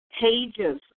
pages